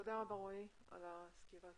תודה רבה, רועי, על הסקירה.